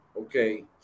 okay